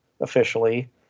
officially